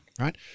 Right